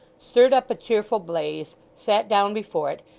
stirred up a cheerful blaze, sat down before it,